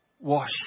Wash